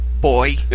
boy